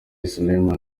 suleiman